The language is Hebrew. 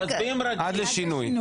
מצביעים עד השינוי.